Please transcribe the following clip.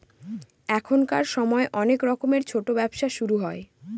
এখনকার সময় অনেক রকমের ছোটো ব্যবসা শুরু হয়